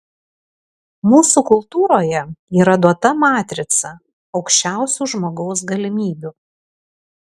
mūsų kultūroje yra duota matrica aukščiausių žmogaus galimybių